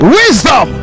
wisdom